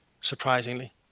surprisingly